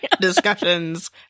discussions